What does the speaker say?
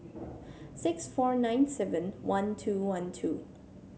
six four nine seven one two one two